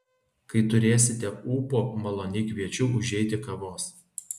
kai turėsite ūpo maloniai kviečiu užeiti kavos